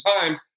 times